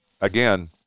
Again